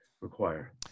require